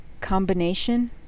combination